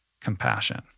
compassion